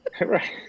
right